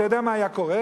אתה יודע מה היה קורה?